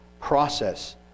process